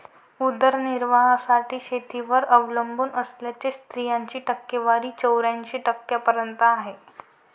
उदरनिर्वाहासाठी शेतीवर अवलंबून असलेल्या स्त्रियांची टक्केवारी चौऱ्याऐंशी टक्क्यांपर्यंत